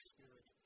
Spirit